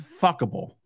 fuckable